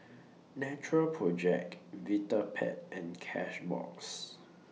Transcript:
Natural Project Vitapet and Cashbox